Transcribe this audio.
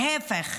להפך,